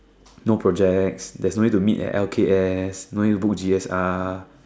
no projects there's no need to meet at L_K_S no need to book G_S_R